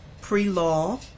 pre-law